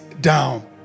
down